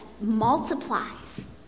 multiplies